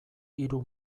hiru